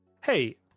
hey